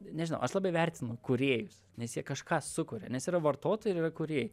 nežinau aš labai vertinu kūrėjus nes jie kažką sukuria nes yra vartotojai ir yra kūrėjai